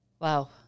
Wow